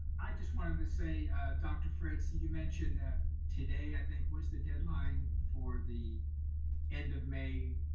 i just wanted to say dr. fritz, you mentioned that today. i think where's the deadline for the end of may.